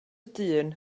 dyn